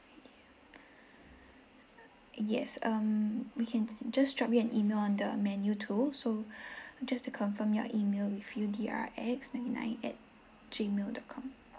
yes um we can just drop you an email on the menu too so just to confirm your email with you D R E X ninety nine at gmail dot com